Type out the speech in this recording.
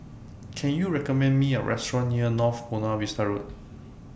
Can YOU recommend Me A Restaurant near North Buona Vista Road